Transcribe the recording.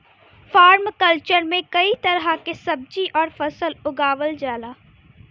permaculture में कई प्रकार के सब्जी आउर फसल उगावल जाला